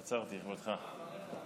עצרתי לכבודך.